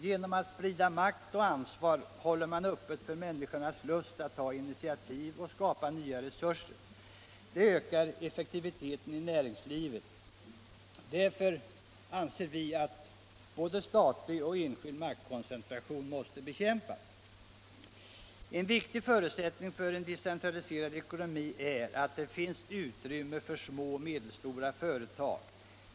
Genom att sprida makt och ansvar håller man öppet för människors lust att ta initiativ och skapa nya resurser. Det ökar effektiviteten i näringslivet. Därför anser vi att både statlig och enskild maktkoncentration måste bekämpas. En viktig förutsättning för en decentraliserad ekonomi är att det finns utrymme för små och medelstora företag.